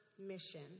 Mission